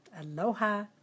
aloha